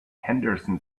henderson